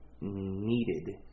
needed